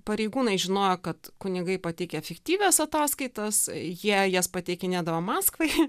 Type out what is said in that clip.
pareigūnai žinojo kad kunigai pateikia fiktyvias ataskaitas jie jas pateikinėdavo maskvai